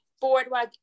Boardwalk